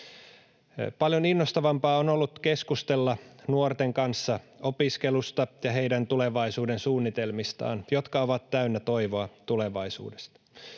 Paljon innostavampaa on ollut keskustella nuorten kanssa opiskelusta ja heidän tulevaisuudensuunnitelmistaan, jotka ovat täynnä toivoa tulevaisuudesta.